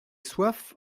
soif